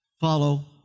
follow